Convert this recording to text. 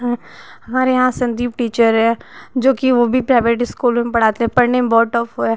हैं हमारे यहाँ संदीप टीचर है जो कि वो भी प्राइवेट इस्कूलों में पढ़ाते हैं पढ़ने में बहुत टफ़ है